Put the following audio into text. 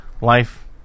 life